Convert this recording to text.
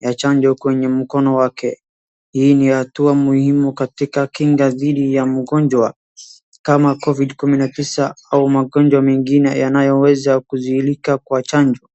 ya chanjo kwenye mkono wake. Hii ni hatua muhimu katika kinga dhidi ya maugonjwa kama Covid 19, au magonjwa mengine yanayoweza kuzuilika kwa chanjo.